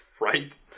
right